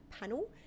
panel